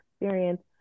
experience